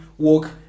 Walk